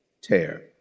Tear